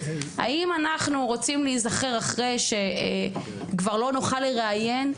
האם אנחנו רוצים להיזכר אחרי שכבר לא נוכל לראיין,